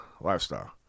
lifestyle